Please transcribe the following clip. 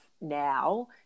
now